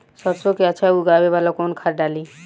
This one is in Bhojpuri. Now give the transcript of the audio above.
सरसो के अच्छा उगावेला कवन खाद्य डाली?